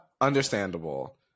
understandable